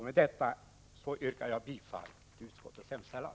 Med detta yrkar jag bifall till utskottets hemställan.